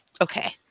Okay